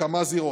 בכמה זירות.